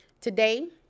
Today